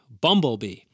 bumblebee